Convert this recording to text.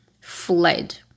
fled